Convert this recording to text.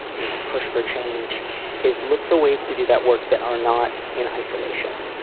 you know, push for change is look for ways to do that work that are not in isolation.